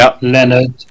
Leonard